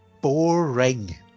Boring